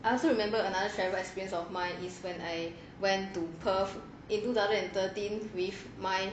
I also remember another travel experience of mine is when I went to perth in two thousand and thirteen with my